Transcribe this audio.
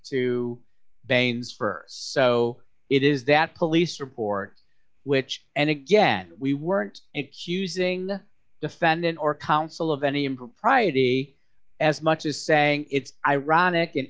st so it is that police report which and again we weren't it's using the defendant or counsel of any impropriety as much as saying it's ironic an